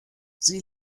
sie